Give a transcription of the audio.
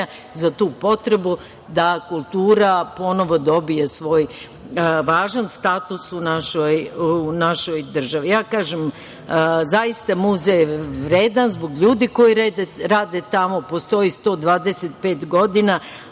za tu potrebu da kultura ponovo dobije svoj važan status u našoj državi. Kažem da je zaista muzej vredan zbog ljudi koji rade tamo. Postoji 125 godina,